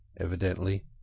evidently